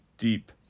Deep